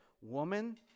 woman